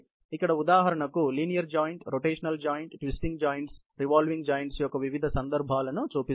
ఇక్కడ ఉదాహరణకు linear joint rotational joint twisting joints revolving joints యొక్క వివిధ సందర్భాలను చూపిస్తుంది